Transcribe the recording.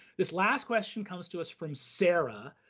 this last question comes to us from sarah.